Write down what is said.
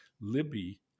Libby